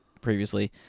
previously